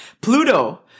pluto